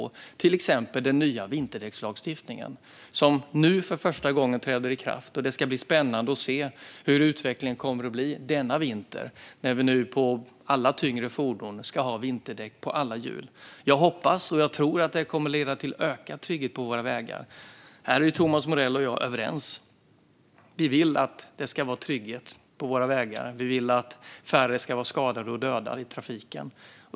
Det gäller till exempel den nya vinterdäckslagstiftningen, som nu för första gången träder i kraft. Det ska bli spännande att se hur utvecklingen kommer att bli denna vinter, när vi nu ska ha vinterdäck på alla hjul på alla tyngre fordon. Jag hoppas och tror att det kommer att leda till ökad trygghet på våra vägar. Här är Thomas Morell och jag överens. Vi vill att det ska vara trygghet på våra vägar. Vi vill att färre ska skadas eller dö i trafiken.